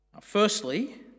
Firstly